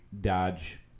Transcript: Dodge